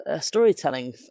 storytelling